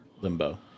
Limbo